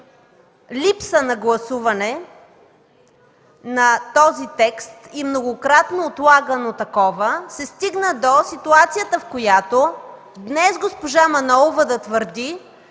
липса на гласуване на този текст и многократно отлагано такова се стигна до ситуацията, в която днес госпожа Манолова да твърди,